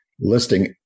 listing